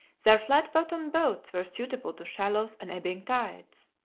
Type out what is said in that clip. their flat-bottomed boats were suitable to shallows and ebbing tides.